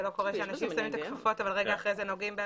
שלא קורה שאנשים שמים את הכפפות אבל רגע אחרי זה נוגעים.